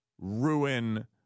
ruin